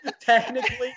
Technically